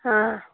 ꯑꯥ